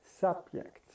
subject